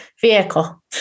vehicle